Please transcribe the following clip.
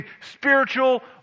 spiritual